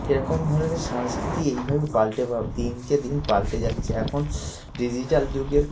এরকম ধরনের সংস্কৃতি এইভাবে পাল্টে বা দিনকে দিন পাল্টে যাচ্ছে এখন ডিজিটাল যুগের